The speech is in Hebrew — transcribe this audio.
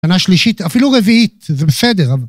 ..נה שלישית, אפילו רביעית, זה בסדר.